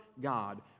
God